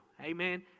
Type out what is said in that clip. amen